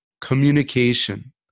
communication